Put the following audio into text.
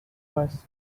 first